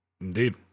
Indeed